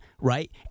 right